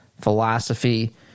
philosophy